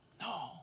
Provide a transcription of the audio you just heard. No